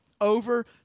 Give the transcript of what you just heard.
over